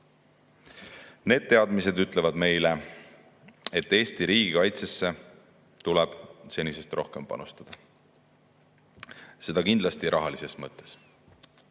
teadmised ütlevad meile, et Eesti riigikaitsesse tuleb senisest rohkem panustada, seda kindlasti rahalises mõttes.